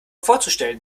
vorzustellen